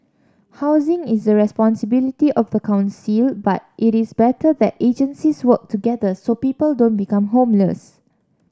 housing is the responsibility of the council but it is better that agencies work together so people don't become homeless